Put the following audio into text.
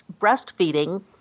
breastfeeding